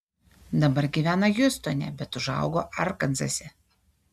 dabar gyvena hjustone bet užaugo arkanzase